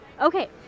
Okay